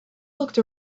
looked